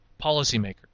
policymaker